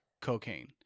cocaine